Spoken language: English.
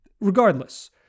regardless